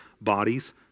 bodies